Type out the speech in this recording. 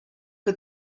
que